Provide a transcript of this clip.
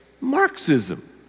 Marxism